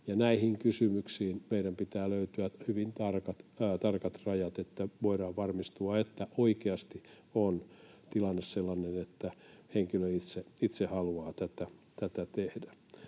Näihin kysymyksiin meidän pitää löytää hyvin tarkat rajat, että voidaan varmistua, että oikeasti on tilanne sellainen, että henkilö itse haluaa tätä tehdä.